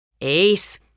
Ace